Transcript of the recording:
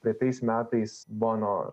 praeitais metais bono